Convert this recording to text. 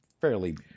fairly